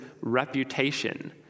reputation